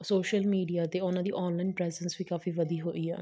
social media 'ਤੇ ਉਹਨਾਂ ਦੀ ਔਨਲਾਈਨ ਪ੍ਰੈਜੰਸ ਵੀ ਕਾਫੀ ਵਧੀ ਹੋਈ ਆ